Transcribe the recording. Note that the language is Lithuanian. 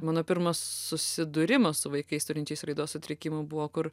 mano pirmas susidūrimas su vaikais turinčiais raidos sutrikimų buvo kur